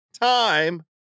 time